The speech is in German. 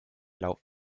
lauf